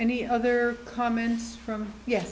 any other comments from ye